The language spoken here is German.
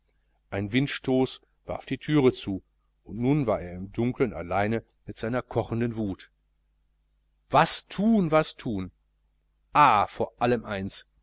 ein windstoß warf die thüre zu und nun war er im dunkeln allein mit seiner kochenden wut was thun was thun ah vor allem eins